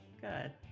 Good